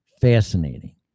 Fascinating